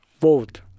vote